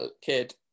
kid